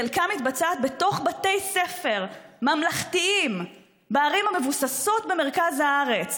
חלקה מתבצעת בתוך בתי ספר ממלכתיים בערים המבוססות במרכז הארץ.